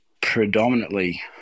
predominantly